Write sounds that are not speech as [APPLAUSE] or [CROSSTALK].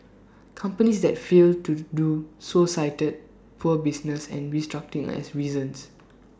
companies that failed to do so cited poor business and restructuring as reasons [NOISE]